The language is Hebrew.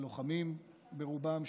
לוחמים ברובם,